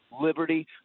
liberty